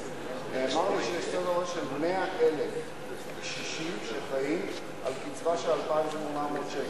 נאמר לי שיש סדר-גודל של 100,000 קשישים שחיים על קצבה של 2,800 שקל,